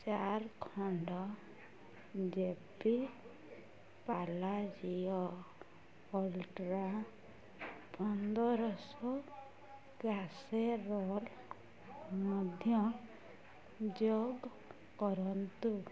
ଚାରି ଖଣ୍ଡ JP palazzo ultra ପନ୍ଦରଶହ କ୍ୟାସେରୋଲ୍ ମଧ୍ୟ ଯୋଗ କରନ୍ତୁ